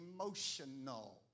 emotional